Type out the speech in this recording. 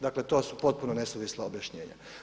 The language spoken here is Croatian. Dakle, to su potpuno nesuvisla objašnjenja.